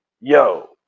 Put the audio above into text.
Yo